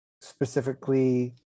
specifically